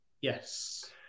Yes